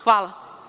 Hvala.